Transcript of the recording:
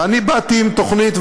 ואני באתי עם תוכנית,